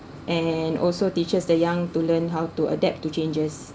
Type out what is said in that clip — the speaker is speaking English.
and also teaches the young to learn how to adapt to changes